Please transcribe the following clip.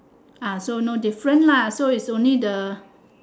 ah so no different lah so is only the